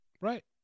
Right